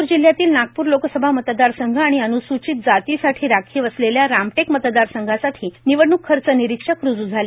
नागपूर जिल्ह्यातील नागपूर लोकसभा मतदार संघ आणि अन्सूचित जातीसाठी राखिव असलेल्या रामटेक मतदार संघासाठी निवडणुक खर्च निरिक्षक रूजु झाले